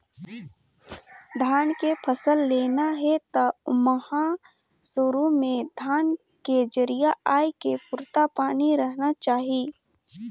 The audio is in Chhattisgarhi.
धान के फसल लेना हे त ओमहा सुरू में धान के जरिया आए के पुरता पानी रहना चाही